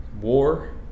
war